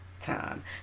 time